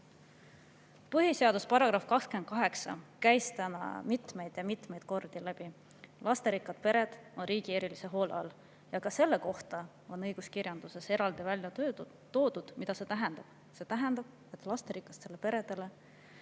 Põhiseaduse § 28 käis täna mitmeid ja mitmeid kordi läbi: lasterikkad pered on riigi erilise hoole all. Ka selle kohta on õiguskirjanduses eraldi välja toodud, mida see tähendab. See tähendab, et lasterikastele peredele,